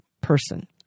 person